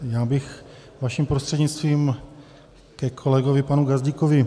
Já bych vaším prostřednictvím ke kolegovi panu Gazdíkovi.